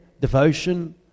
devotion